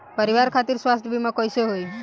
परिवार खातिर स्वास्थ्य बीमा कैसे होई?